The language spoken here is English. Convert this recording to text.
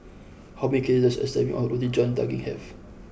how many calories does a serving of Roti John Daging have